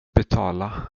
betala